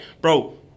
bro